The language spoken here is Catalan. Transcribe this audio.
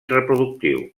reproductiu